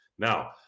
Now